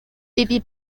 pepe